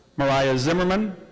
moriah zimmerman.